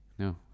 No